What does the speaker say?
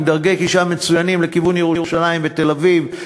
עם דרכי גישה מצוינות לכיוון ירושלים ותל-אביב,